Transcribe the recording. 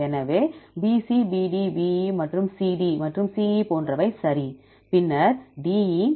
எனவே BC BD BE மற்றும் CD மற்றும் CE போன்றவை சரி பின்னர் DE